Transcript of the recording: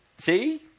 See